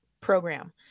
program